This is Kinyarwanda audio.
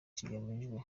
kigamijwe